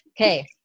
Okay